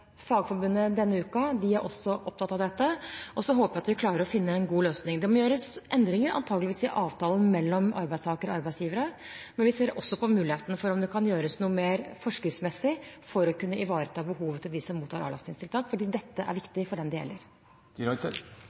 Fagforbundet denne uken. De er også opptatt av dette. Så håper jeg at vi klarer å finne en god løsning. Det må antageligvis gjøres endringer i avtalen mellom arbeidstakere og arbeidsgivere, men vi ser også på muligheten for om det kan gjøres noe mer forskriftsmessig for å kunne ivareta behovet til dem som mottar avlastningstiltak, for dette er viktig for dem det gjelder.